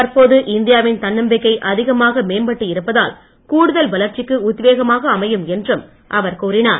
தற்போது இந்தியாவின் தன்னம்பிக்கை அதிகமாக மேம்பட்டு இருப்பதால் கூடுதல் வளர்ச்சிக்கு உத்வேகமாக அமையும் என்றும் அவர் கூறினார்